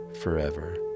forever